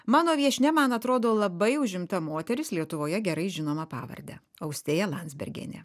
mano viešnia man atrodo labai užimta moteris lietuvoje gerai žinoma pavarde austėja landsbergienė